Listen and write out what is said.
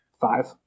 five